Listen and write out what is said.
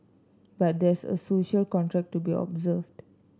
but there's a social contract to be observed